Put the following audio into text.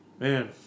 man